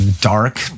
dark